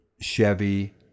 Chevy